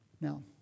Now